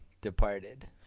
departed